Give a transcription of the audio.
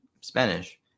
Spanish